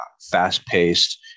fast-paced